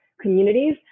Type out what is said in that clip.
communities